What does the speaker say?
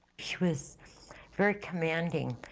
she was very commanding,